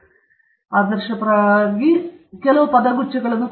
ಆದ್ದರಿಂದ ಆದರ್ಶಪ್ರಾಯವಾಗಿ ನೀವು ತಪ್ಪಿಸಿಕೊಳ್ಳಬೇಕಾದ ಪದಗುಚ್ಛಗಳು